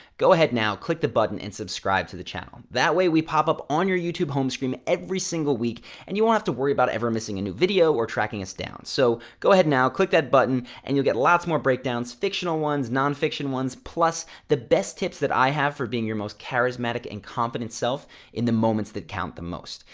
go ahead, now, click the button and subscribe to the channel. that way, we pop up on your youtube home screen every single week and you don't have to worry ever missing a new video or tracking us down. so, go ahead now, click that button and you'll get lots more breakdowns, fictional ones, non-fictional ones, plus the best tips that i have for being your most charismatic and confident self in the moments that count the most.